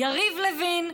יריב לוין,